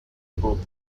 pop